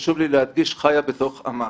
חיה בתוך עמה,